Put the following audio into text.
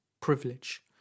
privilege